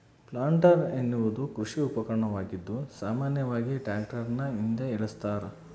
planter ಎನ್ನುವುದು ಕೃಷಿ ಉಪಕರಣವಾಗಿದ್ದು ಸಾಮಾನ್ಯವಾಗಿ ಟ್ರಾಕ್ಟರ್ನ ಹಿಂದೆ ಏಳಸ್ತರ